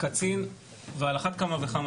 קצין ועל אחת כמה וכמה,